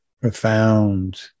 profound